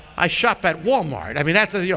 i shop at walmart. i mean that's, ah yeah